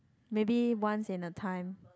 maybe once in a time